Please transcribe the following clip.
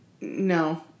No